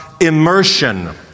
immersion